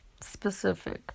specific